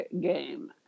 game